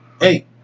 Hey